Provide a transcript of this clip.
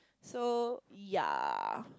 so yeah